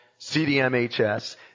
CDMHS